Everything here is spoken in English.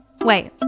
Wait